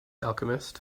alchemist